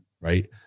right